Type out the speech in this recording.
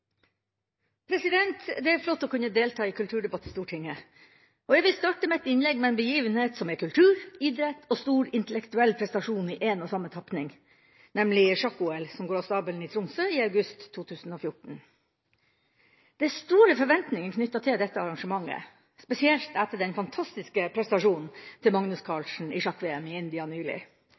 minutter. Det er flott å kunne delta i en kulturdebatt i Stortinget, og jeg vil starte mitt innlegg med en begivenhet som er både kultur, idrett og stor intellektuell prestasjon i en og samme tapning, nemlig sjakk-OL, som går av stabelen i Tromsø i august 2014. Det er store forventninger knyttet til dette arrangementet, spesielt etter den fantastiske prestasjonen til Magnus Carlsen i sjakk-VM i India nylig.